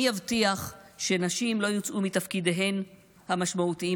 מי יבטיח שנשים לא יוצאו מתפקידיהן המשמעותיים